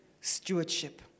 Stewardship